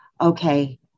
okay